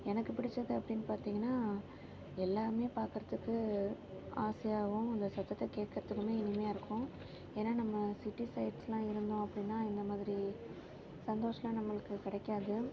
எனக்கு பிடிச்சது அப்படின்னு பார்த்திங்கனா எல்லாமே பார்க்கறத்துக்கு ஆசையாகவும் அந்த சத்தத்தை கேட்கறத்துக்குமே இனிமையாக இருக்கும் ஏன்னா நம்ம சிட்டி சைட்ஸ்லாம் இருந்தோம் அப்படினா இந்த மாதிரி சந்தோஷலாம் நம்மளுக்கு கிடைக்காது